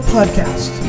Podcast